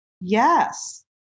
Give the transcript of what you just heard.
Yes